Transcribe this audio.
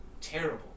terrible